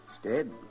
Stead